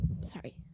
Sorry